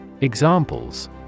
Examples